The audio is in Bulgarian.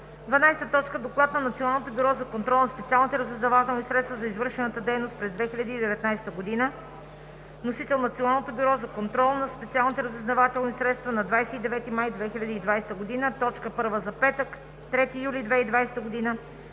12. Доклад на Националното бюро за контрол на специалните разузнавателни средства за извършената дейност през 2019 г. Вносител – Националното бюро за контрол на специалните разузнавателни средства, 29 май 2020 г., точка първа за петък, 3 юли 2020 г.